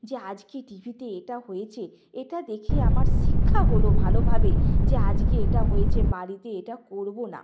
যে আজকে টিভিতে এটা হয়েছে এটা দেখে আমার শিক্ষা হলো ভালোভাবে যে আজকে এটা হয়েছে বাড়িতে এটা করব না